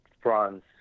France